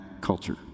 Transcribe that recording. culture